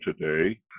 today